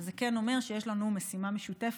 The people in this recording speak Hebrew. זה כן אומר שיש לנו משימה משותפת: